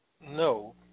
No